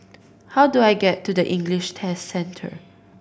how do I get to English Test Centre